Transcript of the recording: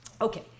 okay